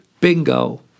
Bingo